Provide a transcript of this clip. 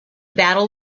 battle